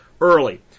early